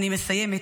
אני מסיימת.